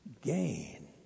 gain